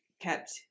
kept